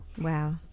Wow